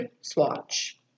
swatch